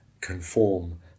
conform